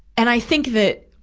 and i think that,